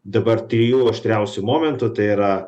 dabar trijų aštriausių momentų tai yra